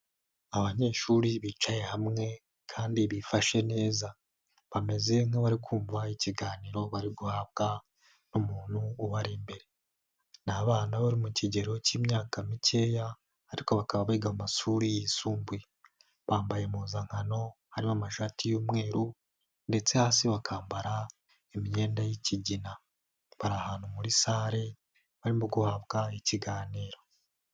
Abanyeshuri bicaye hamwe kandi bifashe neza, bameze nk'abari kumva ikiganiro bari guhabwa n'umuntu ubari imbere, ni abana bari mu kigero k'imyaka mikeya ariko bakaba biga mu mashuri yisumbuye, bambaye impuzankano harimo amashati y'umweru, ndetse hasi bakambara imyenda y'ikigina, bari ahantu muri sale barimo guhabwa ikiganiro.